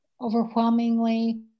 overwhelmingly